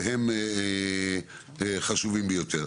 שהם חשובים ביותר.